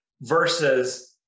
versus